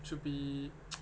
should be